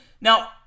Now